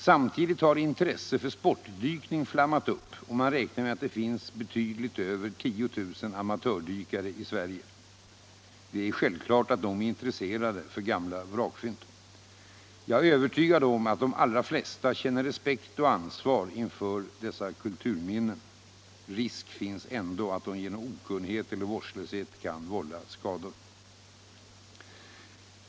Samtidigt har intresset för sportdykning flammat upp, och man räknar med att det finns betydligt över 10 000 amatördykare i Sverige. Det är självklart att de är intresserade av gamla vrakfynd. Jag är övertygad om att de allra flesta känner respekt och ansvar inför dessa kulturminnen. Risk finns ändå att någon genom okunnighet eller genom vårdslöshet kan vålla skador.